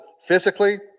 physically